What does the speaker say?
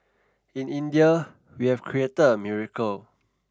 in India we have created a miracle